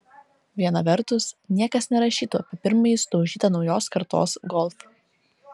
viena vertus niekas nerašytų apie pirmąjį sudaužytą naujos kartos golf